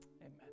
Amen